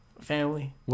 family